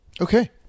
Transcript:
Okay